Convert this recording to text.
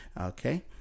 okay